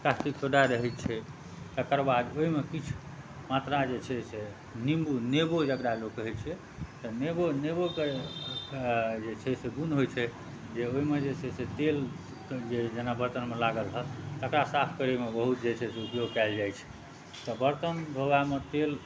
caustic soda रहैत छै ताहिके बाद ओहिमे किछु मात्रामे जे छै से निम्बू नेबो जेकरा लोक कहैत छै तऽ नेबो नेबोके जे छै से गुण होइत छै जे ओहिमे जे छै से जेना तेल बर्तनमे लागल रहत तेकरा साफ करैमे बहुत जे छै से उपयोग कयल जाइत छै तऽ बर्तन धोबामे तेल